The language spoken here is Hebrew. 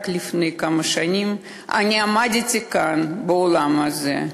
רק לפני כמה שנים עמדתי כאן באולם הזה,